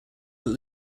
that